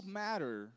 matter